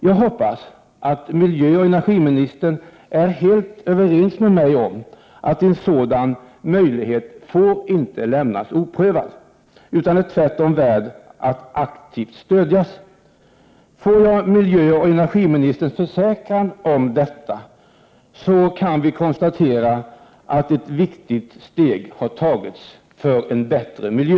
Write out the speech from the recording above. Jag hoppas att miljöoch energiministern är helt överens med mig om att en sådan möjlighet inte får lämnas oprövad utan tvärtom är värd att aktivt stödjas. Får jag miljöoch energiministerns försäkran om detta, kan jag konstatera att ett viktigt steg har tagits för en bättre miljö.